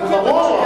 ברור,